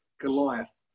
Goliath